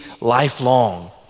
lifelong